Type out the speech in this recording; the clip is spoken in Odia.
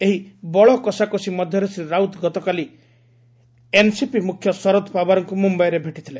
ଏହି ବଳକଷାକଷି ମଧ୍ୟରେ ଶ୍ରୀ ରାଉତ ଗତକାଲି ଏନ୍ସିପି ମୁଖ୍ୟ ଶରଦ ପାୱାରଙ୍କୁ ମୁମ୍ୟାଇରେ ଭେଟିଥିଲେ